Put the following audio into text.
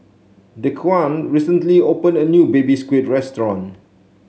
Dequan recently opened a new Baby Squid restaurant